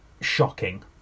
shocking